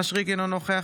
אינו נוכח יאיר לפיד,